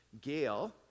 Gail